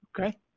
Okay